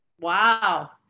wow